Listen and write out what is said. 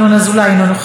אינו נוכח,